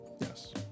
Yes